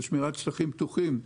של שמירת שטחים פתוחים.